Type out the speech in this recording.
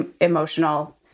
emotional